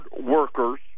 workers